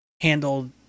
handled